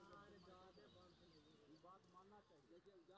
ई commerce की होय छेय?